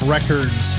Records